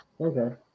Okay